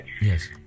Yes